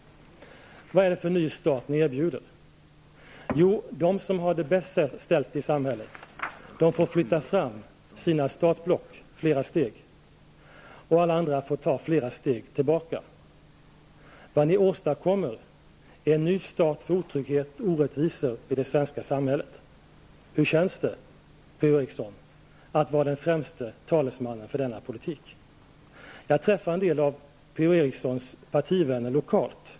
Vad är det för ny start ni erbjuder? Jo, de som har det bäst ställt i samhället får flytta fram sina startblock flera steg, och alla andra får ta flera steg tillbaka. Vad ni åstadkommer är en ny start för otrygghet och orättvisor i det svenska samhället. Hur känns det, P-O Eriksson, att vara den främste talesmannen för denna politik? Jag träffar en del av P-O Erikssons partivänner lokalt.